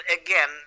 again